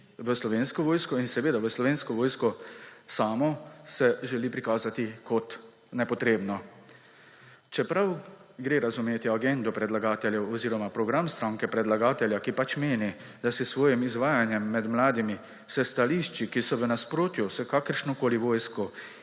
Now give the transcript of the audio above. v Slovensko vojsko, in seveda Slovensko vojsko samo se želi prikazati kot nepotrebno. Čeprav gre razumeti agendo predlagateljev oziroma program stranke predlagatelja, ki pač meni, da s svojim izvajanjem med mladimi s stališči, ki so v nasprotju s kakršnokoli vojsko